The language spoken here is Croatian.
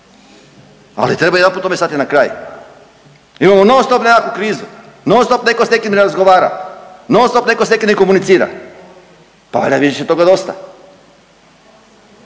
Ali treba jedanput tome stati na kraj. Imamo non stop nekakvu krizu, non stop netko s nekim razgovara, non stop netko s nekim ne komunicira. Pa valjda je više toga dosta.